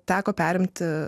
teko perimti